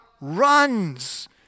runs